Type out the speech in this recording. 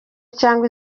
cyangwa